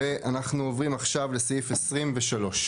ואנחנו עוברים עכשיו לסעיף (23).